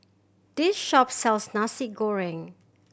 this shop sells Nasi Goreng